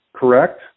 correct